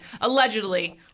allegedly